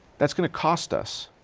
that's gonna cost us,